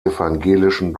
evangelischen